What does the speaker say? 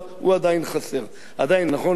עדיין, נכון אין קנסות, כבוד השר?